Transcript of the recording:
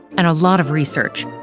and a lot of research,